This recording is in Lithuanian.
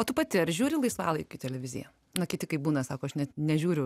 o tu pati ar žiūri laisvalaikiu televiziją na kiti kaip būna sako aš net nežiūriu